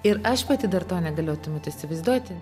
ir aš pati dar to negalėjau tuomet įsivaizduoti